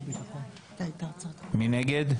מי נגד?